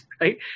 right